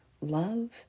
love